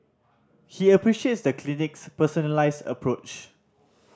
he appreciates the clinic's personalised approach